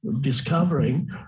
discovering